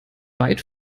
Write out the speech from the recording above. weit